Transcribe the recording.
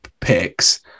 picks